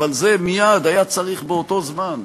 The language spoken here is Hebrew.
אבל את זה מייד היה צריך באותו זמן.